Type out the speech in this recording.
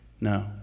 No